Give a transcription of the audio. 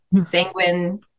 sanguine